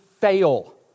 fail